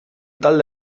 talde